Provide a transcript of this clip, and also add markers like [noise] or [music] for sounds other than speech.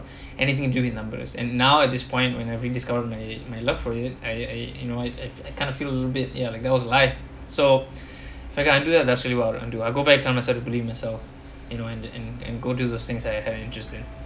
[breath] anything to do with numbers and now at this point when I rediscover my my love for it I I you know it I I kind of feel a little bit ya like that was a lie so [breath] if I can undo that that's really what I would do I go back in time I said to believe myself you know and and and go do those things that I had interest in